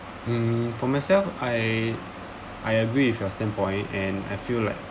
hmm for myself I I agree with your standpoint and I feel like